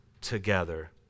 together